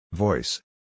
Voice